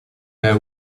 their